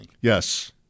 Yes